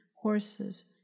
horses